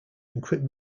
encrypt